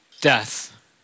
death